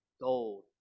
gold